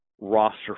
roster